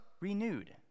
renewed